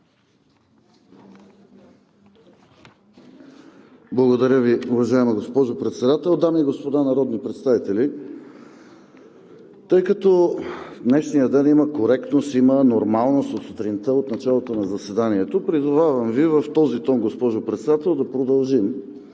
Благодаря Ви, уважаема госпожо Председател. Дами и господа народни представители, тъй като в днешния ден има коректност, има нормалност от сутринта, от началото на заседанието, призовавам Ви в този тон, госпожо Председател, да продължим.